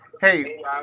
hey